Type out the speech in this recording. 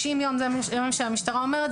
90 יום זה מה שהמשטרה אומרת,